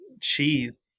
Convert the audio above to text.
Cheese